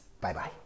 bye-bye